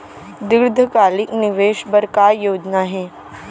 दीर्घकालिक निवेश बर का योजना हे?